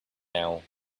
now